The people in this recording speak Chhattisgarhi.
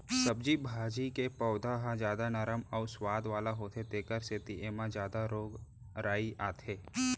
सब्जी भाजी के पउधा ह जादा नरम अउ सुवाद वाला होथे तेखर सेती एमा जादा रोग राई आथे